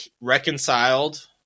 reconciled